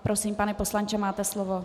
Prosím, pane poslanče, máte slovo.